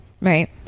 right